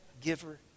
giver